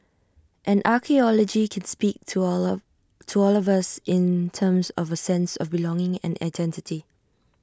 and archaeology can speak to all to all of us in terms of A sense of belonging and identity